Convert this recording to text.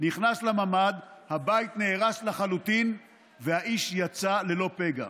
נכנס לממ"ד, הבית נהרס לחלוטין והאיש יצא ללא פגע,